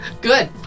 Good